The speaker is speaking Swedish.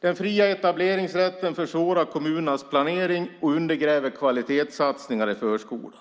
Den fria etableringsrätten försvårar kommunernas planering och undergräver kvalitetssatsningar i förskolan.